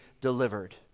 delivered